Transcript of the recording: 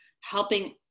helping